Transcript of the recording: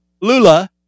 Lula